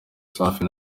safi